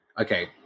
okay